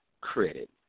credit